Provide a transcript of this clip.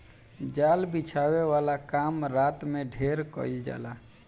जाल बिछावे वाला काम रात में ढेर कईल जाला